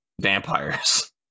Vampires